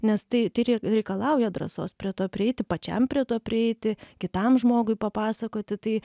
nes tai tai rei reikalauja drąsos prie to prieiti pačiam prie to prieiti kitam žmogui papasakoti tai